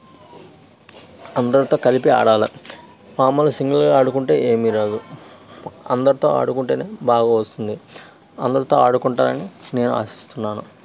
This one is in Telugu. అందరితో కలిపి ఆడాలి మామూలు సింగిల్గా ఆడుకుంటే ఏమీ రాదు అందరితో ఆడుకుంటేనే బాగా వస్తుంది అందరితో ఆడుకుంటారని నేను ఆశిస్తున్నాను